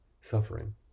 suffering